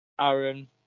Aaron